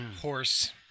horse